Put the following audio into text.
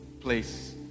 place